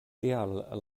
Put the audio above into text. tial